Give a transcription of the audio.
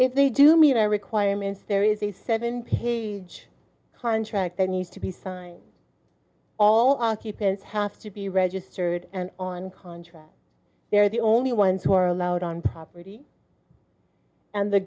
if they do meet their requirements there is a seven page harn track there needs to be signed all occupants have to be registered and on contract they are the only ones who are allowed on property and the